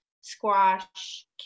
squash